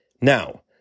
Now